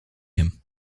him